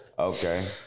Okay